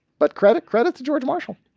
but credit credit to george marshall,